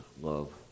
love